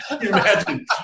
imagine